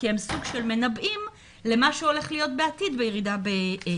כי הם סוג של מנבאים למה שהולך להיות בעתיד בירידה בהיפגעות.